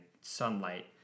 sunlight